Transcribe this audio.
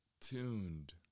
tuned